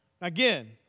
Again